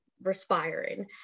respiring